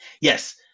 Yes